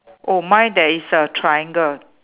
oh mine there is a triangle